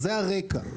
זה הרקע.